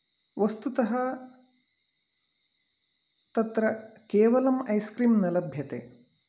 वस्तुतः तत्र केवलम् ऐस्क्रीम् न लभ्यते